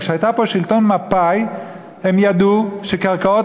אבל כשהיה פה שלטון מפא"י הם ידעו שקרקעות